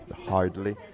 hardly